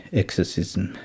exorcism